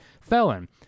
Felon